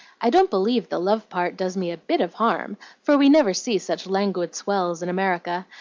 i don't believe the love part does me a bit of harm, for we never see such languid swells in america,